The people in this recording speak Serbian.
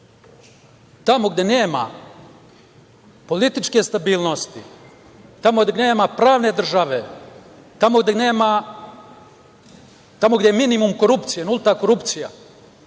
Tamo gde nema političke stabilnosti, tamo gde nema pravne države, tamo gde je minimum korupcije, nulta korupcija,